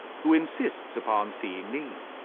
who insists upon seeing me.